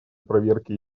проверки